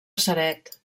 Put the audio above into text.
ceret